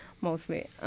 mostly